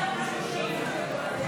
בעד,